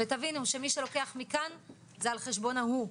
תבינו שמי שלוקח מכאן זה על חשבון ההוא.